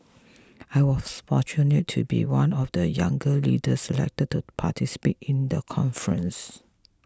I was fortunate to be one of the young leaders selected to participate in the conference